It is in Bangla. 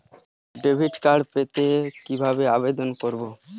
ডেবিট কার্ড পেতে কিভাবে আবেদন করব?